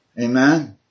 Amen